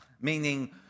meaning